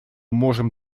можем